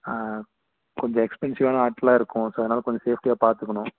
ஆ கொஞ்சம் எக்ஸ்பென்சிவ்வான ஆர்டெல்லாம் இருக்கும் சார் ஸோ அதனால் கொஞ்சம் சேஃப்டியாக பார்த்துக்குணும்